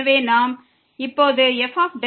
எனவே நாம் இப்போது fx0 க்கு பதிலாக வேறொன்றை கொள்வோம்